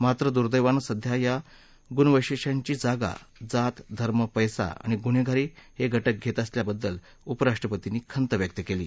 मात्र दुर्दैवानं सध्या या गुणवैशिष्ट्यांची जागा जात धर्म पैसा आणि गुन्हेगारी हे घटक घेत असल्याबद्दल उपराष्ट्रपतींनी खंत व्यक्त केली आहे